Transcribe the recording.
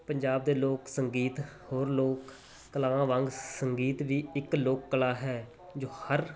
ਪੰਜਾਬ ਦੇ ਲੋਕ ਸੰਗੀਤ ਹੋਰ ਲੋਕ ਕਲਾਵਾਂ ਵਾਂਗ ਸੰਗੀਤ ਵੀ ਇੱਕ ਲੋਕ ਕਲਾ ਹੈ ਜੋ ਹਰ